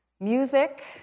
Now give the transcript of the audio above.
music